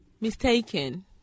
Mistaken